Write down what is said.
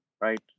right